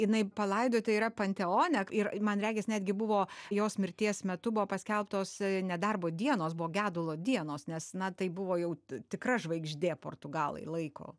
jinai palaidota yra panteone ir man regis netgi buvo jos mirties metu buvo paskelbtos nedarbo dienos buvo gedulo dienos nes na tai buvo jau tikra žvaigždė portugalai laiko